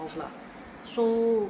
of lah so